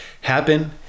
happen